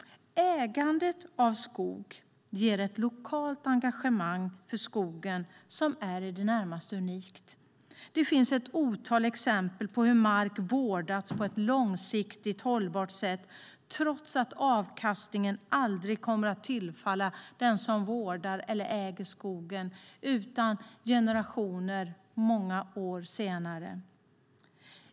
Ägandet av skog ger ett lokalt engagemang för skogen som är i det närmaste unikt. Det finns ett otal exempel på hur mark vårdats på ett långsiktigt hållbart sätt trots att avkastningen aldrig kommer att tillfalla den som vårdar eller äger skogen utan generationer många år senare.